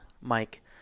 Mike